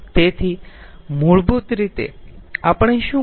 તેથી મૂળભૂત રીતે આપણે શું કર્યું